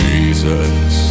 Jesus